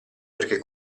perché